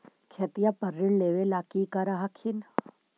खेतिया पर ऋण लेबे ला की कर हखिन?